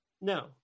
No